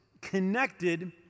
connected